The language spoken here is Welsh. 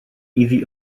iddi